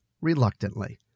reluctantly